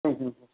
ହୁଁ ହୁଁ ହୁଁ